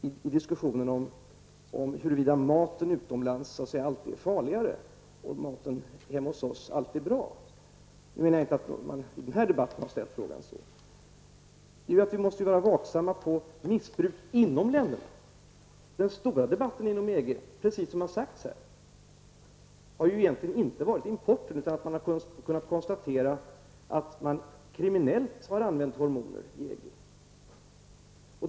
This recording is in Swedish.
I diskussionen om huruvida maten utomlands alltid är farlig och maten hemma hos oss alltid är bra -- jag menar nu inte att frågan har ställts i den här debatten -- är det viktigt att konstatera att vi måste vara vaksamma på missbruk inom länderna. Den stora debatten inom EG -- precis som har sagts här -- har egentligen inte gällt importen, utan att det har kunnat konstateras att man kriminellt har använt hormoner i EG.